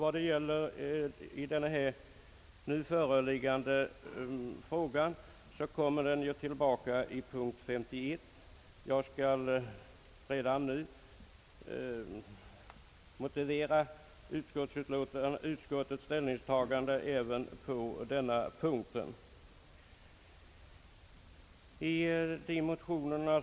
Den nu föreliggande frågan kommer tillbaka i punkt 31, och jag skall redan nu motivera utskottets ställningstagande även på den punkten.